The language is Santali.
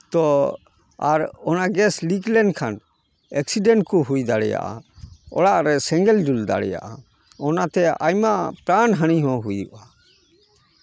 ᱛᱚ ᱟᱨ ᱚᱱᱟ ᱜᱮᱥ ᱞᱤᱠ ᱞᱮᱱᱠᱷᱟᱱ ᱮᱠᱥᱤᱰᱮᱱ ᱠᱚ ᱦᱩᱭ ᱫᱟᱲᱮᱭᱟᱜᱼᱟ ᱚᱲᱟᱜ ᱨᱮ ᱥᱮᱸᱜᱮᱞ ᱡᱩᱞ ᱫᱟᱲᱮᱭᱟᱜᱼᱟ ᱚᱱᱟᱛᱮ ᱟᱭᱢᱟ ᱯᱨᱟᱱ ᱦᱟᱱᱤ ᱦᱚᱸ ᱦᱩᱭᱩᱜᱼᱟ